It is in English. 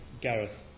Gareth